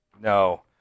No